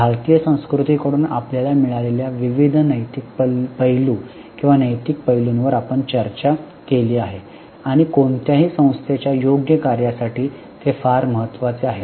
भारतीय संस्कृती कडून आपल्याला मिळालेल्या विविध नैतिक पैलू किंवा नैतिक पैलूंवर आपण चर्चा केली आहे आणि कोणत्याही संस्थेच्या योग्य कार्यासाठी ते फार महत्वाचे आहेत